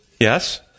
Yes